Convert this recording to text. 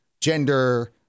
gender